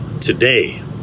today